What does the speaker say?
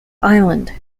island